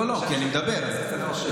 לא, כי אני מדבר, אז קצת קשה.